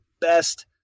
best